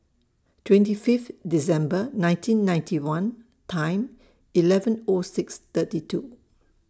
twenty Fifth December nineteen ninety one Time eleven O six thirty two